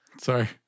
Sorry